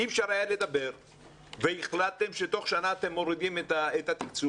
אי אפשר היה לדבר והחלטתם שתוך שנה אתם מורידים את התקצוב,